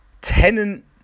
Tenant